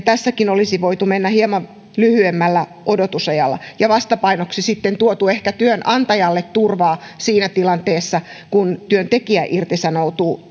tässäkin olisi voitu mennä hieman lyhyemmällä odotusajalla ja vastapainoksi sitten ehkä tuoda työnantajalle turvaa siinä tilanteessa kun työntekijä irtisanoutuu